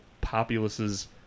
populace's